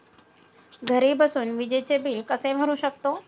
घरी बसून विजेचे बिल कसे भरू शकतो?